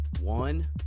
One